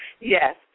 Yes